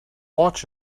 watch